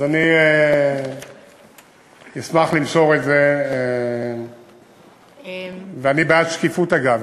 אז אני אשמח למסור את זה, ואני בעד שקיפות, אגב.